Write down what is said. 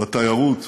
בתיירות.